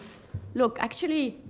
look, actually,